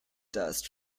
dust